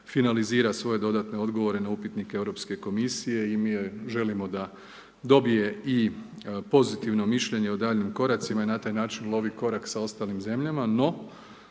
finalizira svoje dodatne odgovore na upitnike Europske komisije i mi joj želimo da dobije i pozitivno mišljenje o daljnjim koracima i na taj način lovi korak s ostalim zemljama.